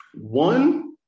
one